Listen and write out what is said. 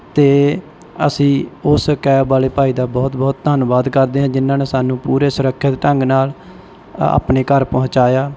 ਅਤੇ ਅਸੀਂ ਉਸ ਕੈਬ ਵਾਲੇ ਭਾਈ ਦਾ ਬਹੁਤ ਬਹੁਤ ਧੰਨਵਾਦ ਕਰਦੇ ਐਂ ਜਿਨ੍ਹਾਂ ਨੇ ਸਾਨੂੰ ਪੂਰੇ ਸੁਰੱਖਿਅਤ ਢੰਗ ਨਾਲ ਆਪਣੇ ਘਰ ਪਹੁੰਚਾਇਆ